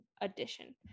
addition